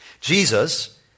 Jesus